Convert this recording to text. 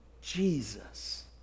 Jesus